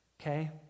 okay